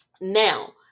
Now